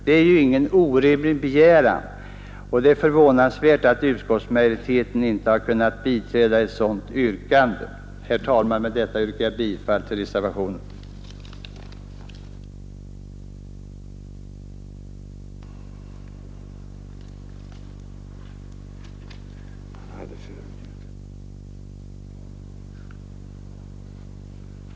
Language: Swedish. Det är ju ingen orimlig begäran, och det är förvånansvärt att utskottsmajoriten inte har kunnat biträda ett sådant yrkande. Herr talman! Med detta yrkar jag bifall även till reservationen 2.